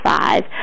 five